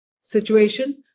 situation